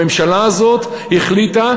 הממשלה הזאת החליטה,